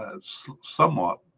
somewhat